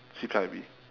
C_P_I_B